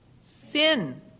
sin